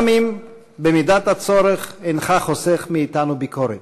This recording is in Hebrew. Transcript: גם אם במידת הצורך אינך חוסך מאתנו ביקורת,